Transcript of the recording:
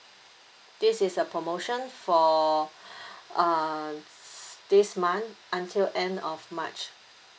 this is a promotion for uh this month until end of march